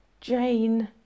Jane